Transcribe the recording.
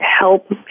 help